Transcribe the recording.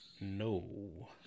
No